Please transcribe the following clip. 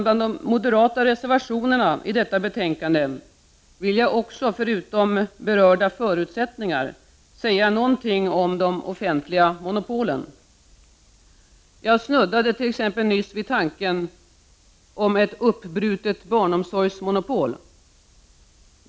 Bland de moderata reservationerna i detta betänkande vill jag även, förutom berörda förutsättningar, säga något om de offentliga monopolen. Jag snuddade t.ex. nyss vid tanken på ett uppbrutet barnomsorgsmonopol.